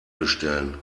bestellen